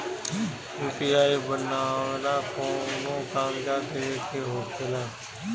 UPI बनावेला कौनो कागजात देवे के होखेला का?